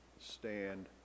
stand